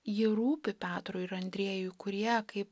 ji rūpi petrui ir andriejui kurie kaip